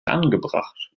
angebracht